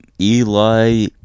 Eli